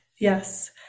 yes